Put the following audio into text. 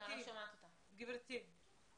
זה לא רלוונטי, גברתי.